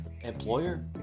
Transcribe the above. employer